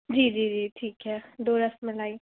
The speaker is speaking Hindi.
जी जी जी ठीक है दो रसमलाई